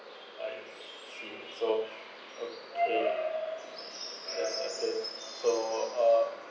I see so okay yes okay so uh